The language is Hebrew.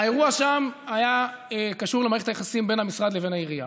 האירוע שם היה קשור למערכת היחסים בין המשרד לבין העירייה.